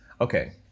okay